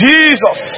Jesus